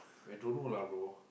I don't know lah bro